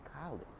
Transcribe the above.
college